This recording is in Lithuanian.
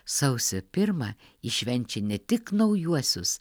sausio pirmą jis švenčia ne tik naujuosius